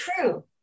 true